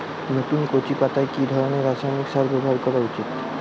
নতুন কচি পাতায় কি ধরণের রাসায়নিক সার ব্যবহার করা উচিৎ?